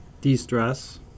de-stress